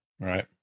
Right